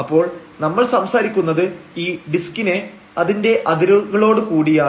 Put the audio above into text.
അപ്പോൾ നമ്മൾ സംസാരിക്കുന്നത് ഈ ഡിസ്കിനെ അതിന്റെ അതിരുകളോടുകൂടിയാണ്